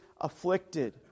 afflicted